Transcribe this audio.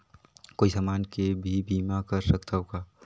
कोई समान के भी बीमा कर सकथव का?